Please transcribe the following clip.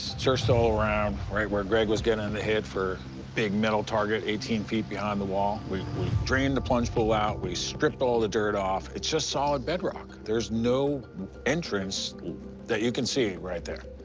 searched all around, right where greg was getting and the hit for a big metal target eighteen feet behind the wall. we drained the plunge pool out, we stripped all the dirt off. it's just solid bedrock. there's no entrance that you can see right there.